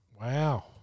Wow